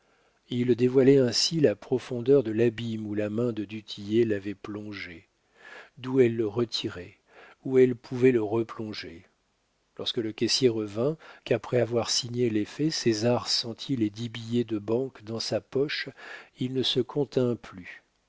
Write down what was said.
il dévoilait ainsi la profondeur de l'abîme où la main de du tillet l'avait plongé d'où elle le retirait où elle pouvait le replonger lorsque le caissier revint qu'après avoir signé l'effet césar sentit les dix billets de banque dans sa poche il ne se contint plus